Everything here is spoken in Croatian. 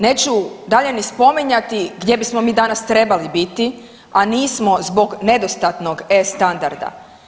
Neću dalje ni spominjati gdje bismo mi danas trebali biti a nismo zbog nedostatnog E-standarda.